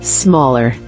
smaller